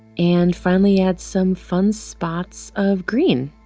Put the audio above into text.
and finally add some fun spots of green